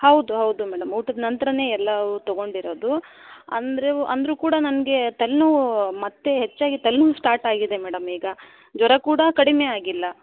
ಹೌದು ಹೌದು ಮೇಡಂ ಊಟದ ನಂತರನೇ ಎಲ್ಲವೂ ತೊಗೊಂಡಿರೋದು ಅಂದರೆ ಅಂದರೂ ಕೂಡ ನನಗೆ ತಲೆನೋವು ಮತ್ತೆ ಹೆಚ್ಚಾಗಿ ತಲೆನೋವು ಸ್ಟಾರ್ಟಾಗಿದೆ ಮೇಡಂ ಈಗ ಜ್ವರ ಕೂಡ ಕಡಿಮೆ ಆಗಿಲ್ಲ